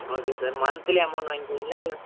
okay sir monthly amount வாங்கிப்பீங்களா இல்லை